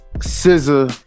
scissor